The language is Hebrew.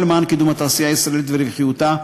והכול למען קידום התעשייה הישראלית ורווחיותה,